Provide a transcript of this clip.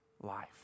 life